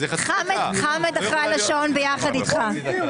חמד אחראי על השעון יחד איתך.